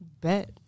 Bet